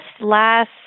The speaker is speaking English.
last